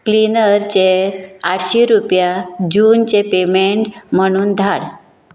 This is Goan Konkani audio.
क्लिनरचेर आठशीं रुपया जूनचे पेमँट म्हणून धाड